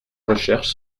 recherches